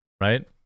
right